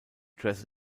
dress